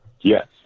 Yes